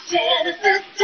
Genesis